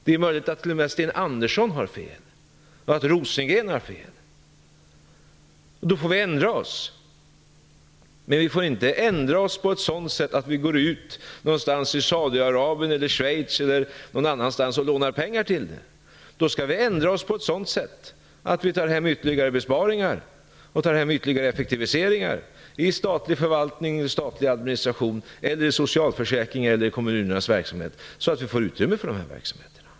Det är möjligt att t.o.m. Sten Andersson och Per Rosengren har fel. Då får vi ändra oss. Men vi får inte ändra oss på ett sådant sätt att vi går till Saudiarabien, Schweiz eller något annat land och lånar pengar till det. Då skall vi ändra oss på ett sådant sätt att vi tar hem ytterligare besparingar och ytterligare effektiviseringar i statlig förvaltning, statlig administration, socialförsäkringar eller kommunernas verksamhet, så att vi får utrymme för de här verksamheterna.